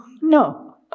No